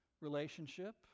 relationship